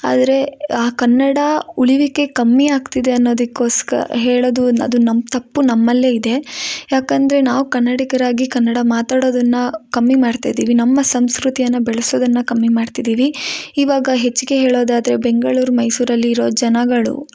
ಆದರೆ ಆ ಕನ್ನಡ ಉಳಿವಿಕೆ ಕಮ್ಮಿ ಆಗ್ತಿದೆ ಅನ್ನೋದಿಸ್ಕೊಕ್ಕೆ ಹೇಳೋದು ಅನ್ನೋದು ನಮ್ಮ ತಪ್ಪು ನಮ್ಮಲ್ಲೇ ಇದೆ ಯಾಕೆಂದ್ರೆ ನಾವು ಕನ್ನಡಿಗರಾಗಿ ಕನ್ನಡ ಮಾತಾಡೋದನ್ನು ಕಮ್ಮಿ ಮಾಡ್ತಾ ಇದ್ದೇವೆ ನಮ್ಮ ಸಂಸ್ಕೃತಿಯನ್ನು ಬೆಳೆಸೋದನ್ನು ಕಮ್ಮಿ ಮಾಡ್ತಿದ್ದೇವೆ ಇವಾಗ ಹೆಚ್ಚಿಗೆ ಹೇಳೋದಾದರೆ ಬೆಂಗಳೂರು ಮೈಸೂರಲ್ಲಿ ಇರೋ ಜನಗಳು